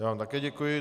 Já vám také děkuji.